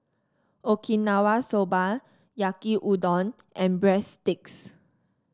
Okinawa Soba Yaki Udon and breadsticks